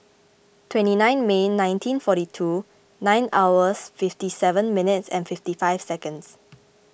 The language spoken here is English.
twenty nine May nineteen forty two nine hours fifty seven minutes fifty five seconds